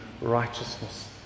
righteousness